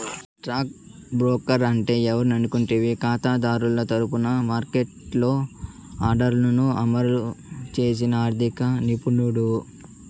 stock broker అంటే ఎవరనుకుంటివి కాతాదారుల తరపున మార్కెట్లో ఆర్డర్లను అమలు చేసి ఆర్థిక నిపుణుడు